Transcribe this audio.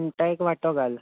सुंगटां एक वांटो घाल